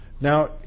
Now